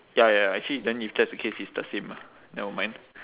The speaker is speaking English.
ya ya ya actually then if that's the case it's the same ah never mind